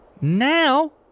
Now